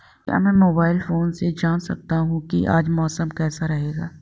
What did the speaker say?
क्या मैं mobile phone से जान सकता हूँ कि आज मौसम कैसा रहेगा?